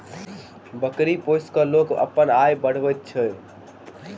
बकरी पोसि क लोक अपन आय बढ़बैत अछि